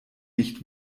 nicht